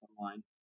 online